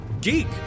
Geek